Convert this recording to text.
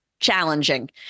challenging